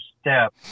step